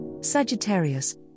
Sagittarius